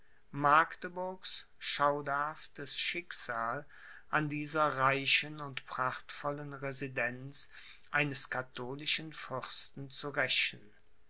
magdeburgs schauderhaftes schicksal an dieser reichen und prachtvollen residenz eines katholischen fürsten zu rächen